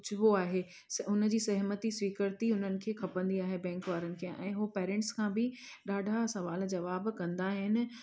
पुछिबो आहे हुनजी सहमति स्वीकृती उन्हनि खे खपंदी आहे बैंक वारनि खे ऐं उहो पेरेंट्स खां बि ॾाढा सुवाल जुवाब कंदा आहिनि